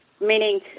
meaning